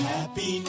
Happy